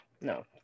No